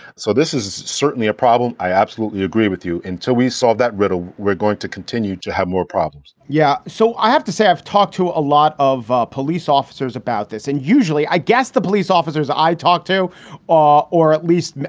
so this is certainly a problem. i absolutely agree with you. until we solve that riddle, we're going to continue to have more problems yeah. so i have to say, i've talked to a lot of ah police officers about this and usually, i guess the police officers i talk to ah or at least,